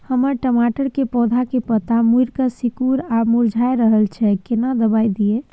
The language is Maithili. हमर टमाटर के पौधा के पत्ता मुड़के सिकुर आर मुरझाय रहै छै, कोन दबाय दिये?